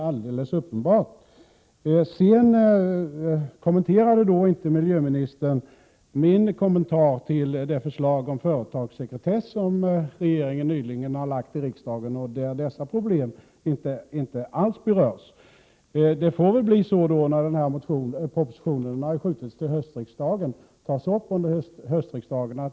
Miljöministern kommenterade inte min synpunkt på det förslag om företagssekretess som regeringen nyligen har lagt fram för riksdagen och där dessa problem inte alls berörs. Avsikten är att skjuta på behandlingen av denna proposition till hösten.